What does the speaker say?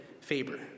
favor